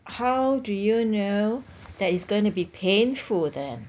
how do you know that is going to be painful then